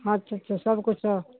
ਅੱਛਾ ਅੱਛਾ ਸਭ ਕੁਛ ਆ